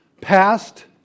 past